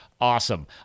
Awesome